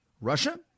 Russia